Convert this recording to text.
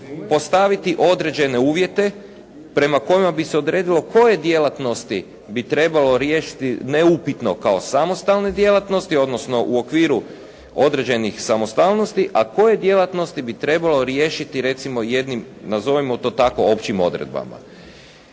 postaviti određene uvjete prema kojima bi se odredilo koje djelatnosti bi trebalo riješiti neupitno kao samostalne djelatnosti, odnosno u okviru određenih samostalnosti a koje djelatnosti bi trebalo riješiti jednim, nazovimo to tako općim odredbama.